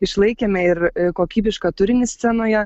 išlaikėme ir kokybišką turinį scenoje